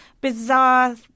bizarre